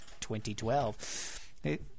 2012